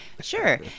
sure